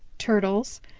turtles,